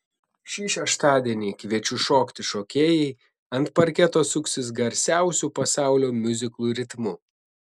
šį šeštadienį kviečiu šokti šokėjai ant parketo suksis garsiausių pasaulio miuziklų ritmu